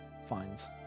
finds